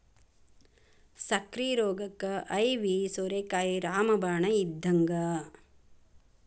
ಸಕ್ಕ್ರಿ ರೋಗಕ್ಕ ಐವಿ ಸೋರೆಕಾಯಿ ರಾಮ ಬಾಣ ಇದ್ದಂಗ